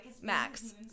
max